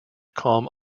calm